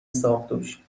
ساقدوش